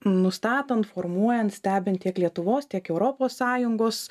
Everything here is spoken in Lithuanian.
nustatant formuojant stebint tiek lietuvos tiek europos sąjungos